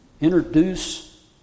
introduce